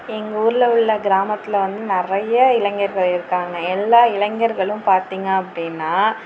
எங்கள் ஊரில் உள்ள கிராமத்தில் வந்து நிறைய இளைஞர்கள் இருக்காங்க எல்லா இளைஞர்களும் பார்த்திங்க அப்படின்னா